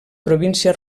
província